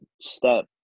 step